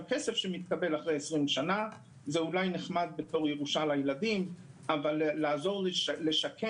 כסף שמתקבל אחרי 20 שנים נחמד בתור ירושה לילדים אבל הוא לא עוזר לשקם.